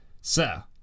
Sir